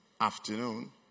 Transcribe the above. afternoon